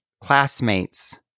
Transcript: classmates